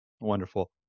Wonderful